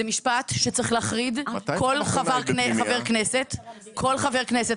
זה משפט שצריך להחריד כל חבר כנסת, אדוני.